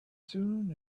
soon